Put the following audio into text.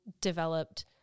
developed